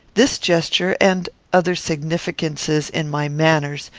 this gesture, and other significances in my manners,